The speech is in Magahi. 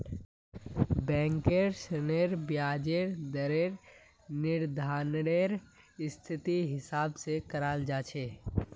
बैंकेर ऋनेर ब्याजेर दरेर निर्धानरेर स्थितिर हिसाब स कराल जा छेक